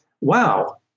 wow